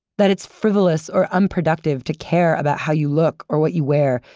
that it's frivolous or unproductive to care about how you look, or what you wear,